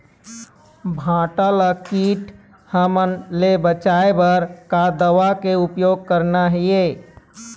भांटा ला कीट हमन ले बचाए बर का दवा के उपयोग करना ये?